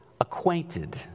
acquainted